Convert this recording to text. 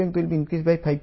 సమాధానం P800 ×103 N Le 0